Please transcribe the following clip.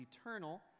eternal